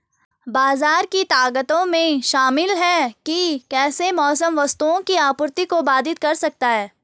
बाजार की ताकतों में शामिल हैं कि कैसे मौसम वस्तुओं की आपूर्ति को बाधित कर सकता है